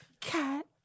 Cat